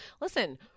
Listen